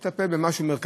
צריך לטפל במשהו מרכזי,